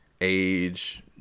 age